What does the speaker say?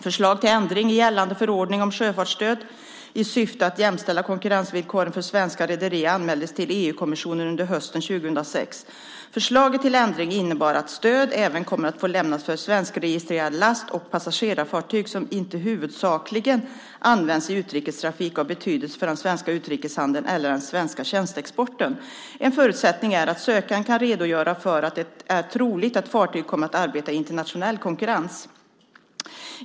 Förslag till ändring i gällande förordning om sjöfartsstöd i syfte att jämställa konkurrensvillkoren för svenska rederier anmäldes till EU-kommissionen under hösten 2006. Förslaget till ändring innebär att stöd även kommer att få lämnas för svenskregistrerade last och passagerarfartyg som inte huvudsakligen används i utrikestrafik av betydelse för den svenska utrikeshandeln eller den svenska tjänsteexporten. En förutsättning är att sökanden kan redogöra för att det är troligt att fartyget kommer att arbeta i internationell konkurrens.